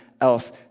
else